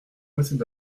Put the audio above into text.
monsieur